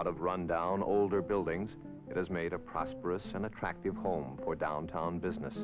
out of rundown older buildings as made a prosperous and attractive home for downtown business